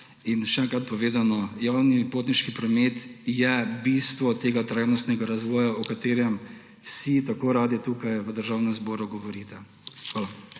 In še enkrat povedano, javni potniški promet je bistvo tega trajnostnega razvoja, o katerem vsi tako radi tukaj v državnem zboru govorite. Hvala.